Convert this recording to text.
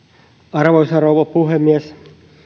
arvoisa rouva puhemies